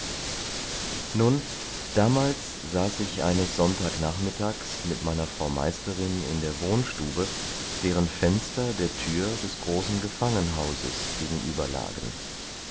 nun damals saß ich eines sonntagnachmittags mit meiner frau meisterin in der wohnstube deren fenster der tür des großen gefangenhauses gegenüber lagen